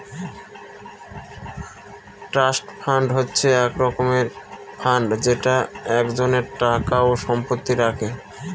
trust fund হচ্ছে এক রকমের ফান্ড যেটা একজনের টাকা ও সম্পত্তি রাখে